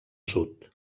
sud